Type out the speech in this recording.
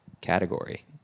category